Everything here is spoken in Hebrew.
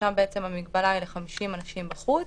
ושם המגבל היא ל-50 אנשים בחוץ.